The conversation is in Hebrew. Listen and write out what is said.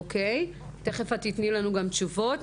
תיכף תתני לנו תשובות.